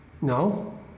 No